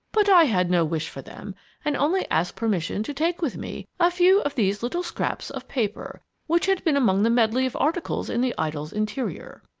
but i had no wish for them and only asked permission to take with me a few of these little scraps of paper, which had been among the medley of articles in the idol's interior.